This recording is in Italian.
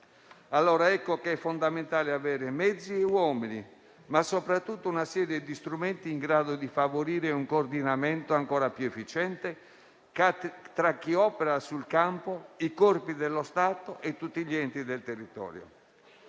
È pertanto fondamentale avere mezzi e uomini, ma soprattutto una serie di strumenti in grado di favorire un coordinamento ancora più efficiente tra chi opera sul campo, i corpi dello Stato e tutti gli enti del territorio.